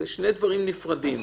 אלה שני דברים נפרדים.